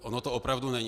Ono to opravdu není.